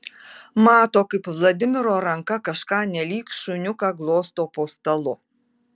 mato kaip vladimiro ranka kažką nelyg šuniuką glosto po stalu